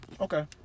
Okay